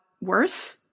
worse